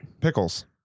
Pickles